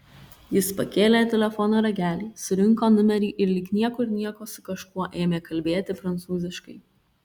jis pakėlė telefono ragelį surinko numerį ir lyg niekur nieko su kažkuo ėmė kalbėti prancūziškai